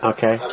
Okay